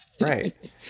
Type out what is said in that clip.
Right